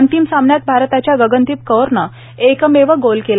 अंतिम सामन्यात आरताच्या गगनदीप कौरनं एकमेव गोल केला